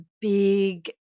big